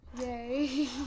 Yay